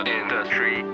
industry